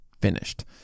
finished